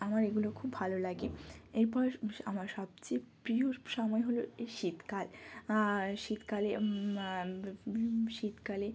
আমার এগুলো খুব ভালো লাগে এরপর আমার সবচেয়ে প্রিয় সময় হল এই শীতকাল শীতকালে শীতকালে